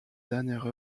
dernière